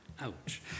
Ouch